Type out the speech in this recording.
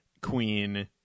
queen